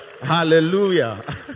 hallelujah